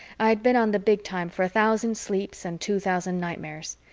i had been on the big time for a thousand sleeps and two thousand nightmares,